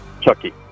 Chucky